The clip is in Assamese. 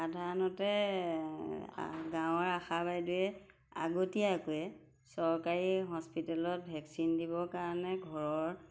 সাধাৰণতে গাঁৱৰ আশা বাইদেৱে আগতীয়াকৈয়ে চৰকাৰী হস্পিটেলত ভেকচিন দিবৰ কাৰণে ঘৰৰ